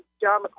John